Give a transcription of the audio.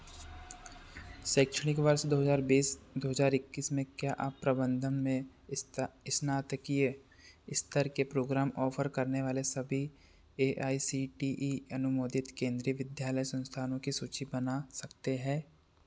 शैक्षणिक वर्ष दो हज़ार बीस दो हज़ार इक्कीस में क्या आप प्रबंधन में स्नातकीय स्तर के प्रोग्राम ऑफर करने वाले सभी AICTE अनुमोदित केंद्रीय विद्यालय संस्थानों की सूची बना सकते हैं